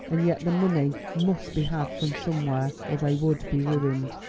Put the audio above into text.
and yet the money must be had from somewhere, or they would be ruined.